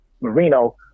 Marino